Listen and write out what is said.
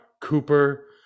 Cooper